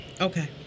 Okay